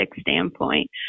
standpoint